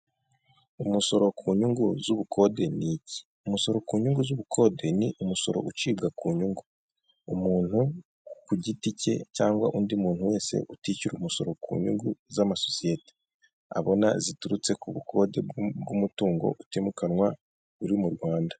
Umusoro ku nyungu z'ubukode ni iki? Umusoro ku nyungu z'ubukode ni umusoro ucibwa ku nyungu, umuntu ku giti cye cyangwa undi muntu wese utishyura umusoro ku nyungu z'amasosiyete abona ziturutse ku bukode bw'umutungo utimukanwa uri mu Rwanda.